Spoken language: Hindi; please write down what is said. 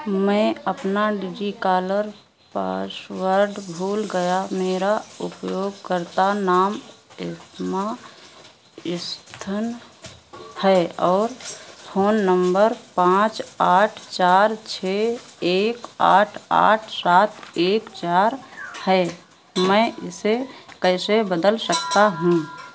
मैं अपना डिजिकालर पाशवर्ड भूल गया मेरा उपयोगकर्ता नाम एम्मा स्थिन है और फ़ोन नंबर पाँच आठ चार छः एक आठ आठ सात एक चार है मैं इसे कैसे बदल सकता हूँ